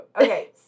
Okay